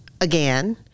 again